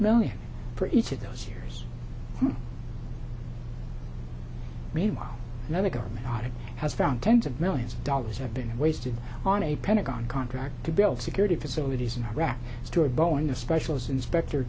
million for each of those years meanwhile another government has found tens of millions of dollars have been wasted on a pentagon contract to build security facilities in iraq stuart bowen the special inspector